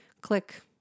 Click